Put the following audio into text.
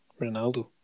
Ronaldo